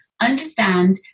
understand